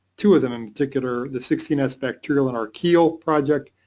two of them in particular, the sixteen s bacterial and archaeal project,